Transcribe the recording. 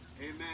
Amen